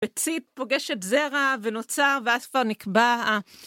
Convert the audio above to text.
ביצית פוגשת זרע, ונוצר ואז כבר נקבע.